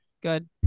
Good